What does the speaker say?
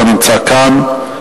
לא נמצא כאן,